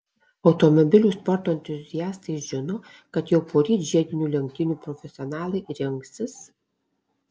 automobilių sporto entuziastai žino kad jau poryt žiedinių lenktynių profesionalai rinksis